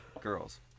girls